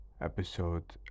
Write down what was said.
episode